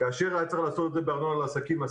כאשר היה צריך לעשות את זה בדברים אחרים,